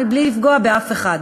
מבלי לפגוע באף אחד.